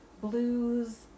blues